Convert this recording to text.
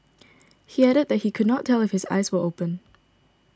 he added that he could not tell if his eyes were open